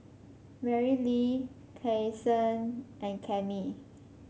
Marilee Kason and Cammie